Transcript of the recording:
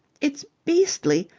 it's. beastly!